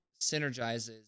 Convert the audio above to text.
synergizes